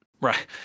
Right